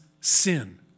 sin